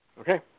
Okay